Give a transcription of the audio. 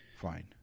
Fine